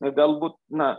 galbūt na